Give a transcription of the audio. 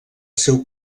seu